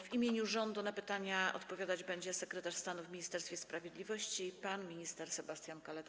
W imieniu rządu na pytania odpowiadać będzie sekretarz stanu w Ministerstwie Sprawiedliwości pan minister Sebastian Kaleta.